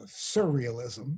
surrealism